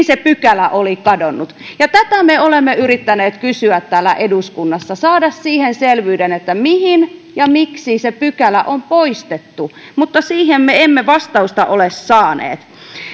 se pykälä oli kadonnut tätä me olemme yrittäneet kysyä täällä eduskunnassa saada siihen selvyyden mihin ja miksi se pykälä on poistettu mutta siihen me emme vastausta ole saaneet